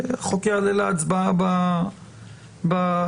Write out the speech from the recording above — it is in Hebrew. והחוק יעלה להצבעה במליאה,